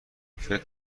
فکر